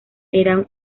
eran